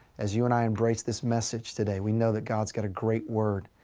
as you and i embrace this message today, we know that god's got a great word.